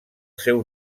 seu